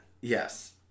Yes